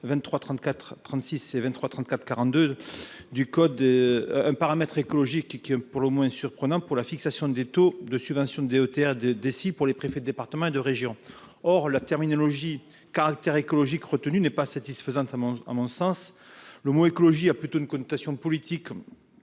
223 34 36 et 23 34 42 du code un paramètre écologiques qui, pour le moins surprenant pour la fixation des taux de subvention de DETR de des six pour les préfets de départements et de régions, or la terminologie caractère écologique retenue n'est pas satisfaisante à mon à mon sens le mot écologie a plutôt une connotation politique